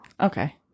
okay